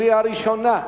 קריאה ראשונה.